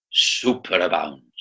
superabounds